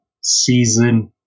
season